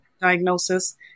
diagnosis